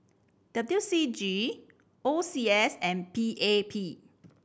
W C G O C S and P A P